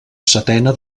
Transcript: setena